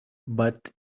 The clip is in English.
but